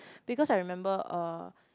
because I remember uh